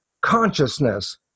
consciousness